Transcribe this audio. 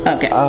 Okay